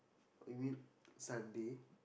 you mean Sunday